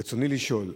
רצוני לשאול: